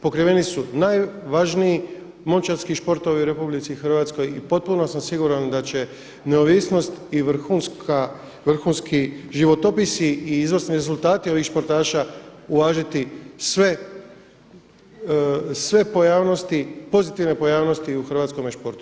Pokriveni su najvažniji momčadski sportovi u RH, i potpuno sam siguran da će neovisnost i vrhunska, vrhunski životopisi i izvrsni rezultati ovih sportaša uvažiti sve pojavnosti, pozitivne pojavnosti u hrvatskome sportu.